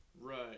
Right